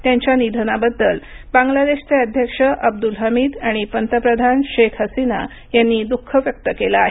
त्यांच्या निधनाबद्दल बांगलादेशचे अध्यक्ष अब्दुल हमीद आणि पंतप्रधान शेख हसीना यांनी दुःख व्यक्त केलं आहे